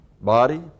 body